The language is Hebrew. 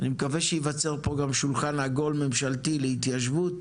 אני מקווה שייווצר פה גם שולחן עגול ממשלתי להתיישבות,